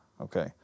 Okay